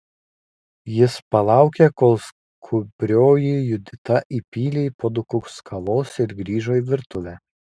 jis palaukė kol skubrioji judita įpylė į puodukus kavos ir grįžo į virtuvę